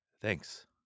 thanks